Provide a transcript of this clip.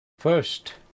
First